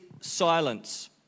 silence